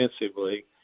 defensively